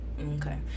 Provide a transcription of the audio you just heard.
Okay